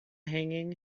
hanging